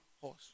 horse